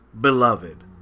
beloved